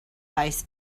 ice